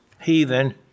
heathen